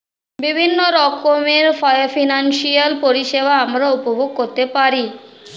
বিভিন্ন রকমের ফিনান্সিয়াল পরিষেবা আমরা উপভোগ করতে পারি